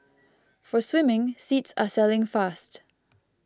for swimming seats are selling fast